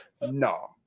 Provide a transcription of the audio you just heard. no